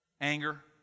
anger